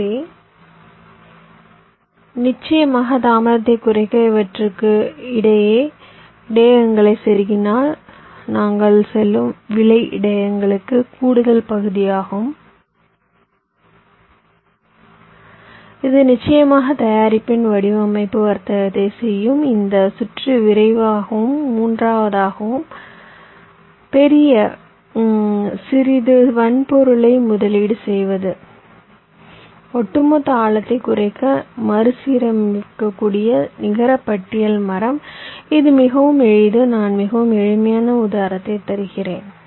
எனவே நிச்சயமாக தாமதத்தை குறைக்க இவற்றுக்கு இடையே இடையகங்களைச் செருகினால் நாங்கள் செலுத்தும் விலை இடையகங்களுக்கு கூடுதல் பகுதியாகும் இது நிச்சயமாக தயாரிப்பின் வடிவமைப்பு வர்த்தகத்தை செய்யும் இந்த சுற்று விரைவாகவும் மூன்றாவதாகவும் செய்ய சிறிது வன்பொருளை முதலீடு செய்வது ஒட்டுமொத்த ஆழத்தை குறைக்க மறுசீரமைக்கக்கூடிய நிகரப்பட்டியல் மரம் இது மிகவும் எளிது நான் மிகவும் எளிமையான உதாரணத்தை தருகிறேன்